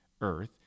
earth